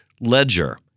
Ledger